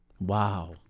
wow